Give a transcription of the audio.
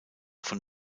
von